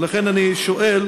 ולכן אני שואל: